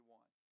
one